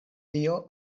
tio